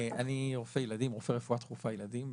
אני רופא ילדים, רופא רפואה דחופה ילדים.